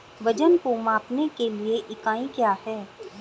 वजन को मापने के लिए इकाई क्या है?